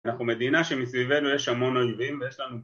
אנחנו מדינה שמסביבנו יש המון אויבים ויש לנו...